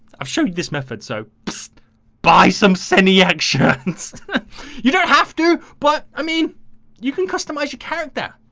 i've showed this method, so buy some semi action you don't have to but i mean you can customize your character